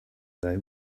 they